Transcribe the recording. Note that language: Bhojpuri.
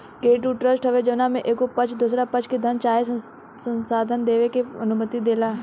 क्रेडिट उ ट्रस्ट हवे जवना में एगो पक्ष दोसरा पक्ष के धन चाहे संसाधन देबे के अनुमति देला